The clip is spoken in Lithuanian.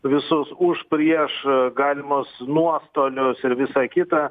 visus už prieš galimus nuostolius ir visa kita